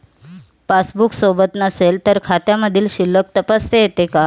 Passbook सोबत नसेल तर खात्यामधील शिल्लक तपासता येते का?